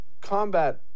combat